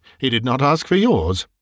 he did not ask for yours,